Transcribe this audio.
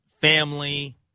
family